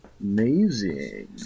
Amazing